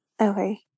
Okay